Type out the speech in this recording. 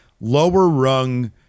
lower-rung